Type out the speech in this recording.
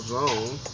zone